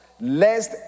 lest